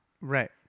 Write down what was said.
right